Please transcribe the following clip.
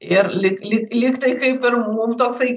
ir lyg lyg lygtai kaip ir mum toksai